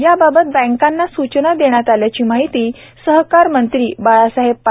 याबाबत बँकांना सूचना देण्यात आल्याची माहिती सहकार मंत्री बाळासाहेब पाटील यांनी दिली